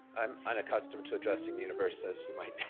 i'm and accustomed to addressing the universe as you mite